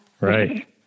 Right